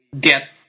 get